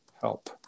help